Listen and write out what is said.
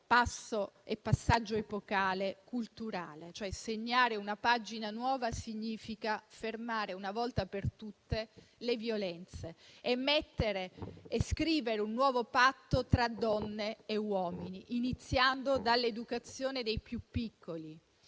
nuovo passaggio epocale e culturale. Segnare una pagina nuova significa fermare, una volta per tutte, le violenze e scrivere un nuovo patto tra donne e uomini, iniziando dall'educazione dei più piccoli,